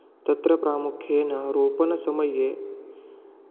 तत्र प्रामुख्येन रोपणसमये